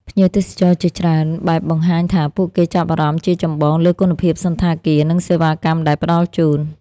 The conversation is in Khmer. ភ្ញៀវទេសចរជាច្រើនបែបបង្ហាញថាពួកគេចាប់អារម្មណ៍ជាចម្បងលើគុណភាពសណ្ឋាគារ និងសេវាកម្មដែលផ្តល់ជូន។